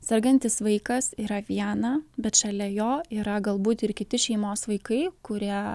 sergantis vaikas yra viena bet šalia jo yra galbūt ir kiti šeimos vaikai kurie